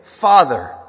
Father